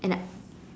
and